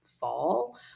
fall